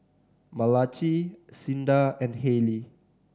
Malachi Cinda and Haylie